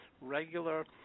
regular